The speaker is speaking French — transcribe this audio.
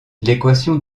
l’équation